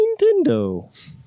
Nintendo